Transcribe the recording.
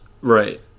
Right